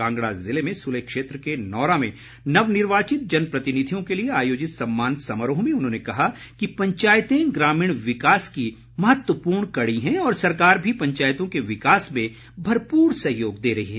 कांगड़ा ज़िले में सुलह क्षेत्र के नोरा में नवनिर्वाचित जनप्रतिनिधियों के लिए आयोजित सम्मान समारोह में उन्होंने कहा कि पंचायते ग्रामीण विकास की महत्वपूर्ण कड़ी हैं और सरकार भी पंचायतों के विकास में भरपूर सहयोग दे रही है